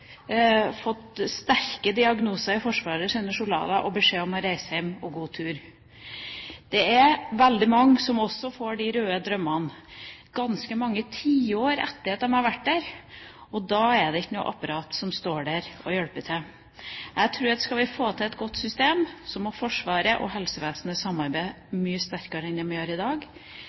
sterke diagnoser i Forsvarets journaler, og som har fått beskjed om å reise hjem, og god tur. Det er veldig mange som får de «røde drømmene» ganske mange tiår etter at de har vært der, og da er det ikke noe apparat som står der og hjelper til. Jeg tror at skal vi få til et godt system, må Forsvaret og helsevesenet samarbeide mye sterkere enn i dag, og det